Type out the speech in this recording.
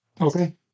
Okay